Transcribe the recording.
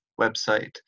website